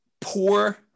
poor